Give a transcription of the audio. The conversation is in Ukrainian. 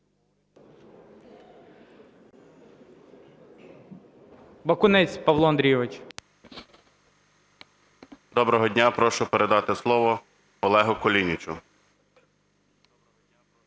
Доброго дня, прошу передати слово Олегу Кулінічу.